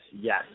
yes